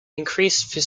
increased